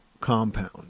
compound